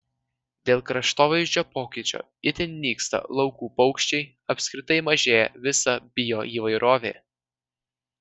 dėl kraštovaizdžio pokyčio itin nyksta laukų paukščiai apskritai mažėja visa bioįvairovė